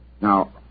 Now